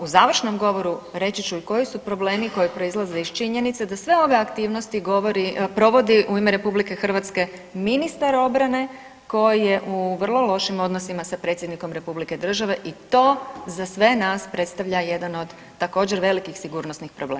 U završnom govoru reći ću i koji su problemi koji proizlaze iz činjenice da sve ove aktivnosti provodi u ime RH ministar obrane koji je u vrlo lošim odnosima sa predsjednikom Republike države i to za sve nas predstavlja jedan od također velikih sigurnosnih problema.